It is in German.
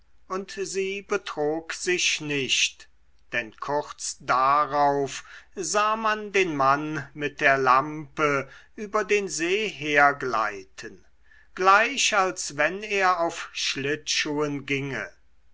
und sie betrog sich nicht denn kurz darauf sah man den mann mit der lampe über den see hergleiten gleich als wenn er auf schlittschuhen ginge